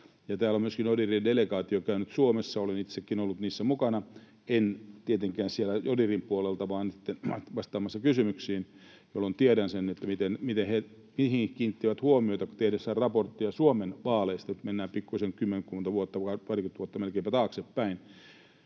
käynyt myös täällä Suomessa, olen itsekin ollut niissä mukana — en tietenkään siellä ODIHRin puolella, vaan vastaamassa kysymyksiin, jolloin tiedän sen, mihin he kiinnittivät huomiota tehdessään raporttia Suomen vaaleista. Nyt mennään pikkuisen taaksepäin, kymmenkunta vuotta vai melkeinpä parikymmentä